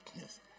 yes